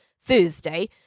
Thursday